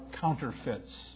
counterfeits